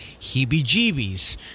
heebie-jeebies